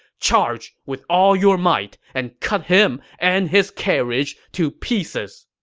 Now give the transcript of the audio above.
charge with all your might and cut him and his carriage to pieces!